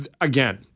again